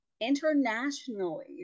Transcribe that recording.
internationally